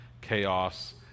chaos